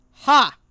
ha